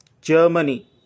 Germany